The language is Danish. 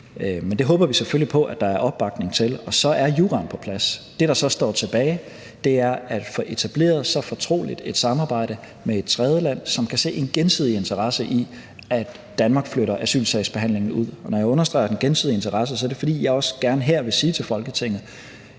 Men det håber vi selvfølgelig på at der er opbakning til. Og så er juraen på plads. Det, der så står tilbage, er at få etableret et fortroligt samarbejde med et tredjeland, som kan se en gensidig interesse i, at Danmark flytter asylsagsbehandlingen ud. Og når jeg understreger den gensidige interesse, er det, fordi jeg også gerne her vil sige til Folketinget,